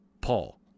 Paul